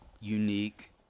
unique